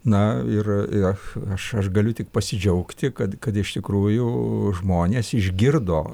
na ir ir aš aš galiu tik pasidžiaugti kad kad iš tikrųjų žmonės išgirdo